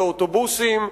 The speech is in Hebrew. באוטובוסים,